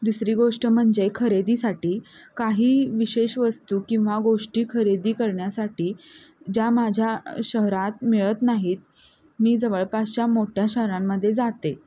दुसरी गोष्ट म्हणजे खरेदीसाठी काही विशेष वस्तू किंवा गोष्टी खरेदी करण्यासाठी ज्या माझ्या शहरात मिळत नाहीत मी जवळपासच्या मोठ्या शहरांमध्ये जाते